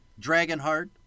Dragonheart